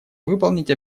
выполнить